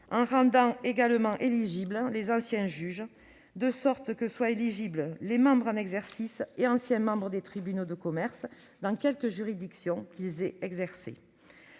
en rendant également éligibles les anciens juges, de sorte que soient éligibles les membres en exercice et anciens membres des tribunaux de commerce, dans quelque juridiction qu'ils aient exercé.